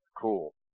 cool